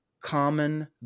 common